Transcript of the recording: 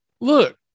Look